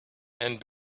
and